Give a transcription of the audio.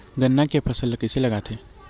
गन्ना के फसल ल कइसे लगाथे?